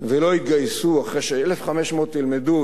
שלא יתגייסו אחרי ש-1,500 ילמדו,